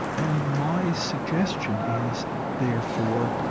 and my suggestion is therefore,